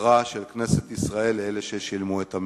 הוקרה של כנסת ישראל לאלה ששילמו את המחיר.